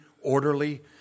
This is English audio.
orderly